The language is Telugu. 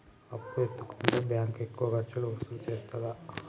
అప్పు ఎత్తుకుంటే బ్యాంకు ఎక్కువ ఖర్చులు వసూలు చేత్తదా?